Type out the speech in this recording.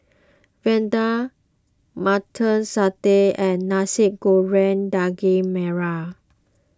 Vadai Mutton Satay and Nasi Goreng Daging Merah